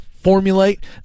formulate